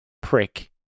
prick